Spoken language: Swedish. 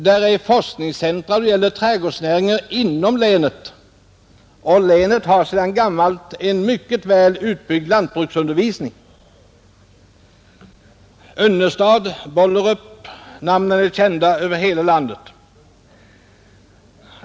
Där finns forskningscentra för trädgårdsnäringen inom länet, och länet har sedan gammalt en mycket väl utbyggd lantbruksundervisning — namnen Önnestad och Bollerup är kända över hela landet.